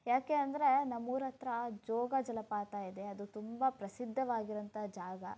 ಯಾಕೆ ಅಂದರೆ ನಮ್ಮ ಊರ ಹತ್ರ ಜೋಗ ಜಲಪಾತ ಇದೆ ಅದು ತುಂಬ ಪ್ರಸಿದ್ಧವಾಗಿರೋಂಥ ಜಾಗ